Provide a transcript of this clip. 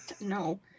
No